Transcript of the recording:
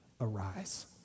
arise